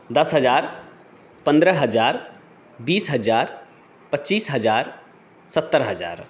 दश हजार पन्द्रह हजार बीस हजार पच्चीस हजार सत्तर हजार